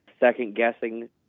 second-guessing